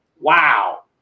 Wow